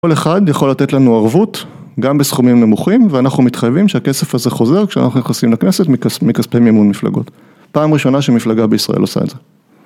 כל אחד יכול לתת לנו ערבות, גם בסכומים נמוכים, ואנחנו מתחייבים שהכסף הזה חוזר כשאנחנו נכנסים לכנסת מכס... מכספי מימון מפלגות. פעם ראשונה שמפלגה בישראל עושה את זה.